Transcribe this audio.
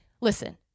listen